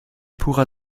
purer